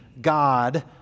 God